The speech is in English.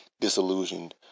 disillusioned